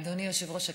אדוני יושב-ראש הישיבה,